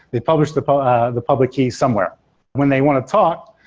they publish the ah the public key somewhere when they want to talk,